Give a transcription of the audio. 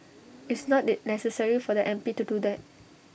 it's not the necessary for the M P to do that